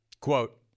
Quote